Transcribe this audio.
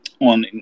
on